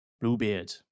Bluebeard